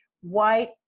white